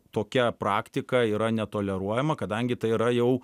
tokia praktika yra netoleruojama kadangi tai yra jau